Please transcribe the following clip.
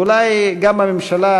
ואולי גם הממשלה,